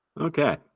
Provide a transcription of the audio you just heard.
Okay